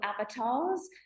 avatars